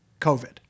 COVID